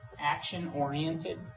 action-oriented